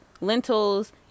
lentils